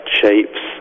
shapes